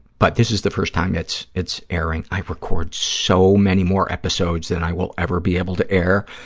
but this is the first time it's it's airing. i record so many more episodes than i will ever be able to air,